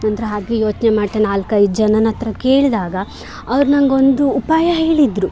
ನಂತರ ಹಾಗೆ ಯೋಚನೆ ಮಾಡ್ತಾ ನಾಲ್ಕೈದು ಜನ ಹತ್ರ ಕೇಳಿದಾಗ ಅವ್ರು ನನಗೊಂದು ಉಪಾಯ ಹೇಳಿದರು